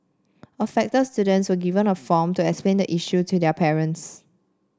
affected students were given a form to explain the issue to their parents